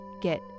get